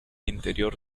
interior